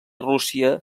rússia